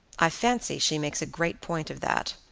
i fancy she makes a great point of that.